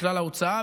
כלל ההוצאה.